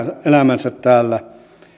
elämänsä täällä